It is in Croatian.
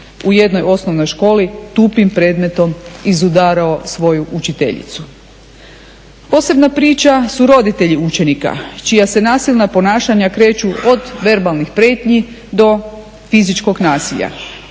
u jednoj osnovnoj školi tupim predmetom izudarao svoju učiteljicu. Posebna priča su roditelji učenika čija se nasilna ponašanja kreću od verbalnih prijetnji do fizičkog nasilja.